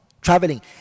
traveling